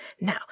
now